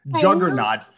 juggernaut